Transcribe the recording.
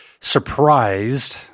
surprised